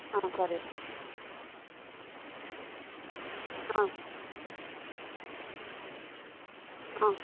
ఆ సరే